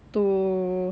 to